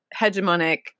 hegemonic